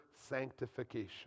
sanctification